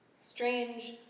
Strange